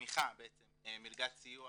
מלגת סיוע